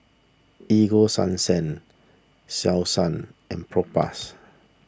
Ego Sunsense Selsun and Propass